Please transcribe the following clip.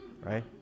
right